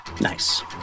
Nice